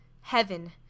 Heaven